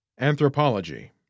Anthropology